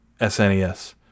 SNES